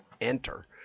enter